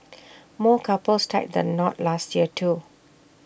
more couples tied the knot last year too